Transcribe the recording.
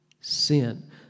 sin